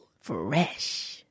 fresh